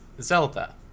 Zelda